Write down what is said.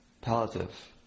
palliative